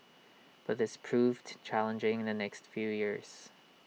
but this proved challenging in the next few years